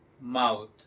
mouth